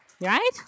right